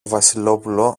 βασιλόπουλο